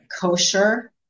kosher